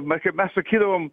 na kaip mes sakydavom